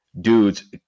dudes